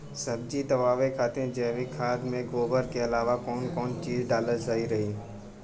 सब्जी उगावे खातिर जैविक खाद मे गोबर के अलाव कौन कौन चीज़ डालल सही रही?